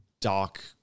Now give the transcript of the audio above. dark